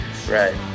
Right